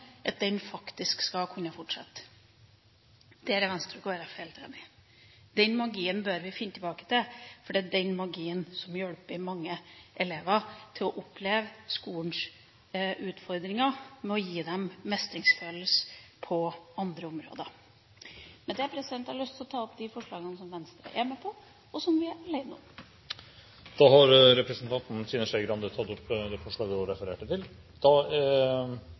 fortsette. Der er Venstre og Kristelig Folkeparti helt enige: Den magien bør vi finne tilbake til, for det er den magien som hjelper mange elever til å oppleve skolens utfordringer ved å gi dem mestringsfølelse på andre områder. Med det vil jeg ta opp de forslagene som Venstre er med på, og som vi er alene om. Da har representanten Trine Skei Grande tatt opp de forslagene hun refererte til.